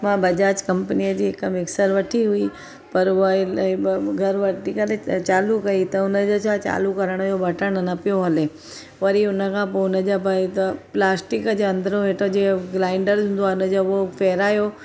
मां बजाज कम्पनीअ जी हिक मिक्सर वर्ती हुई पर हूअ घर वठी करे त चालू कई त हुनजो छाहे चालू करण जो बटणु न पियो हले वरी हुनखां पोइ हुनजा भई त प्लास्टिक जा अंदरों हेठां जीअं ग्राइंडर हूंदो आहे उन जो उहो फेरायो